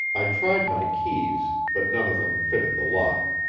i tried my keys, but none of them fitted the lock.